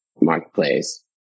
marketplace